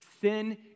Sin